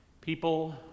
people